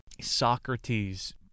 Socrates